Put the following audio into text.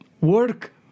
work